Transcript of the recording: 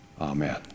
Amen